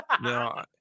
No